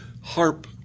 harp